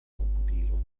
komputilo